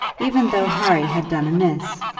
even though harry had done amiss,